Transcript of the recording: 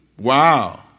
Wow